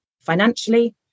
financially